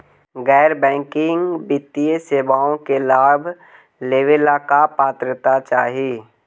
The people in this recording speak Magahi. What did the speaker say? गैर बैंकिंग वित्तीय सेवाओं के लाभ लेवेला का पात्रता चाही?